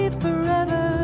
forever